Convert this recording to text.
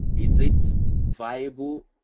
is it viable?